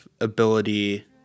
ability